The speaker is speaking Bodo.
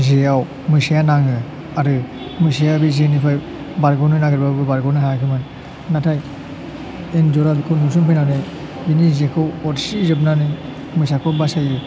जेआव मोसाया नाङो आरो मोसाया बे जेनिफ्राय बारग'नो नागिरबाबो बारग'नो हायाखैमोन नाथाय एन्जरा बिखौ नुसनफैनानै बिनि जेखौ अरसिजोबनानै मोसाखौ बासायो